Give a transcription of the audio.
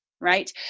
right